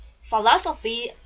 philosophy